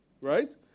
Right